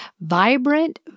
Vibrant